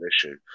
issue